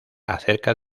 acerca